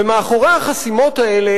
ומאחורי החסימות האלה,